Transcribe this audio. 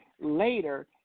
later